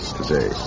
today